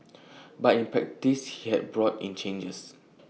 but in practice he has brought in changes